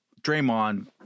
draymond